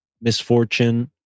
misfortune